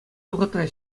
вӑхӑтра